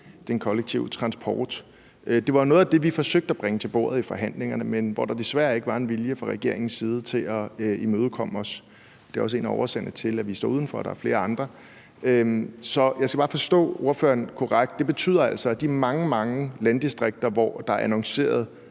Det var noget af det, vi forsøgte at bringe til bordet i forhandlingerne, hvor der jo desværre ikke var en vilje fra regeringens side til at imødekomme os. Det er også en af årsagerne til, at vi står uden for aftalen – der er flere andre årsager. Så jeg skal bare forstå ordføreren korrekt. Betyder det, at i de mange, mange landdistrikter, hvor der er annonceret